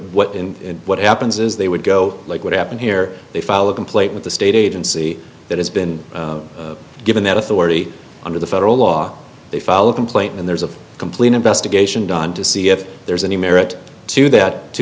in what happens is they would go like what happened here they file a complaint with the state agency that has been given that authority under the federal law they file a complaint and there's a complete investigation don to see if there's any merit to that to